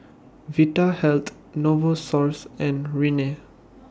Vitahealth Novosource and Rene